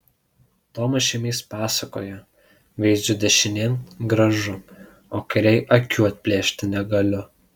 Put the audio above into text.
tomas šėmys pasakoja veiziu dešinėn gražu o kairėj akių atplėšti negaliu